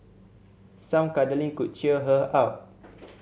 some cuddling could cheer her up